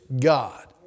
God